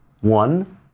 One